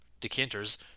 Decanters